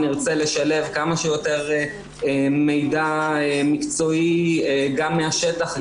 נרצה לשלב כמה שיותר מידע מקצועי גם מהשטח,